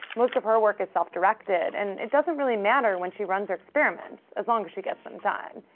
most of her work is self-directed. and it doesn't' really matter when she runs her experiments, as long as she gets them done.